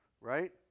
right